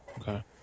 Okay